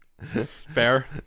Fair